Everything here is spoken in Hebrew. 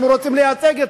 אנחנו רוצים לייצג אתכם.